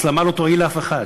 הסלמה לא תועיל לאף אחד,